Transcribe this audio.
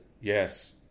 yes